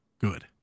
good